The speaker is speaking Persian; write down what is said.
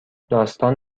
داستان